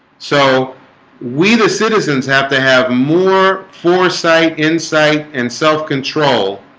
so we the citizens have to have more foresight insight and self-control